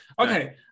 okay